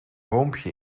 boompje